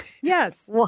Yes